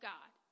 God